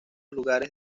lugares